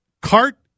cart